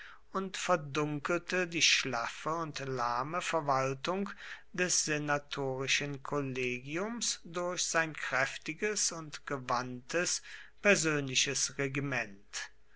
und verdunkelte die schlaffe und lahme verwaltung des senatorischen kollegiums durch sein kräftiges und gewandtes persönliches regiment